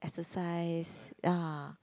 exercise ah